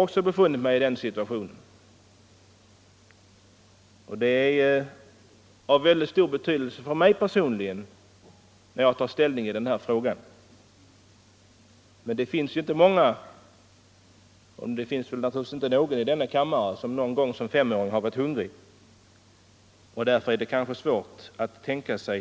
Också jag har sett den situationen, och den upplevelsen har mycket stor betydelse för mig personligen när ” jag tar ställning i denna fråga. Det är väl knappast någon av kammarens ledamöter som själv hungrat i femårsåldern, och därför är det kanske svårt att tänka sig